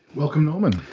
welcome norman.